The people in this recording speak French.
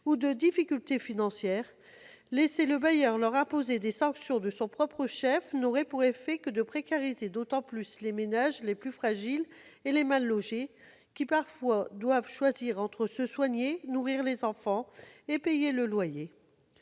ou à des difficultés financières, laisser les bailleurs leur imposer des sanctions de leur propre chef n'aurait pour effet que de précariser d'autant plus les ménages les plus fragiles et les mal-logés, qui parfois doivent choisir entre se soigner, nourrir les enfants et payer le loyer.